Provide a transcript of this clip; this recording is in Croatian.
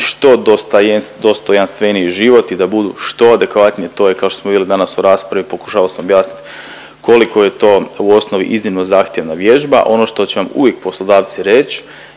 što dostojanstveniji život i da budu što adekvatnije. To je kao što smo vidjeli danas u raspravi pokušavao sam objasnit koliko je to u osnovi iznimno zahtjevna vježba. Ono što će vam uvijek poslodavci reć